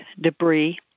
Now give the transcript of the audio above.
debris